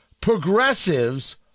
Progressives